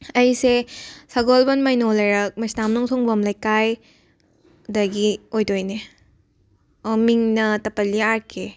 ꯑꯩꯁꯦ ꯁꯒꯣꯜꯕꯟ ꯃꯩꯅꯣ ꯂꯩꯔꯛ ꯃꯩꯁꯅꯥꯝ ꯅꯣꯡꯊꯣꯡꯕꯝ ꯂꯩꯀꯥꯏ ꯑꯗꯒꯤ ꯑꯣꯏꯗꯣꯏꯅꯦ ꯃꯤꯡꯅ ꯇꯄꯂꯤ ꯑꯥꯔ ꯀꯦ